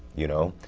you know?